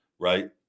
Right